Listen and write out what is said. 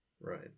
Right